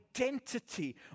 identity